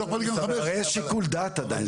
לא אכפת לי גם 15%. יש שיקול דעת עדיין,